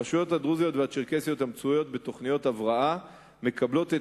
הרשויות הדרוזיות והצ'רקסיות שנכנסו לתוכניות הבראה מקבלות את